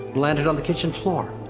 landed on the kitchen floor.